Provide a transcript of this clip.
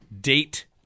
date